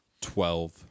Twelve